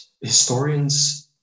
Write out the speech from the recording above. historians